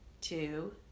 two